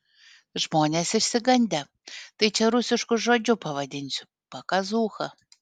žmonės išsigandę tai čia rusišku žodžiu pavadinsiu pakazūcha